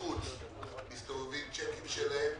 בחוץ מסתובבים שיקים שלהם